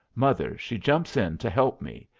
mother she jumps in to help me,